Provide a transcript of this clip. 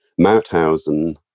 Mauthausen